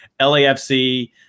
LAFC